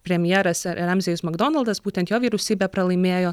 premjeras ramzis makdonaldas būtent jo vyriausybė pralaimėjo